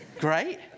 great